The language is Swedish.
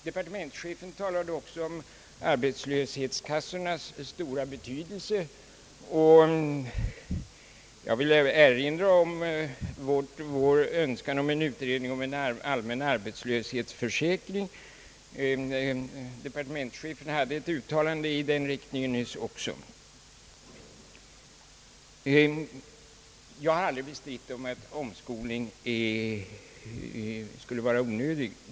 Departementschefen talade också om arbetslöshetskassornas stora betydelse. Jag vill erinra om vår önskan att få en utredning om en allmän arbetslöshets försäkring. Departementschefen hade ett uttalande nyss i den riktningen också. Jag har aldrig påstått att omskolning skulle vara onödig.